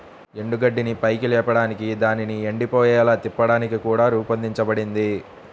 ఎండుగడ్డిని పైకి లేపడానికి దానిని ఎండిపోయేలా తిప్పడానికి కూడా రూపొందించబడింది